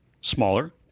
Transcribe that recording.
Smaller